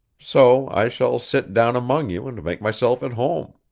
so i shall sit down among you, and make myself at home